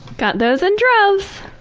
got those in droves!